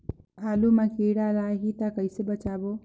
आलू मां कीड़ा लाही ता कइसे बचाबो?